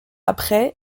après